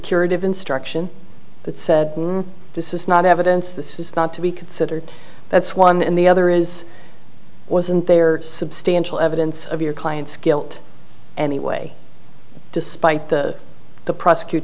curative instruction that said this is not evidence this is not to be considered that's one and the other is wasn't they are substantial evidence of your client's guilt anyway despite the the prosecutor